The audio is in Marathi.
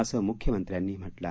असं मुख्यमंत्र्यांनी म्हटलं आहे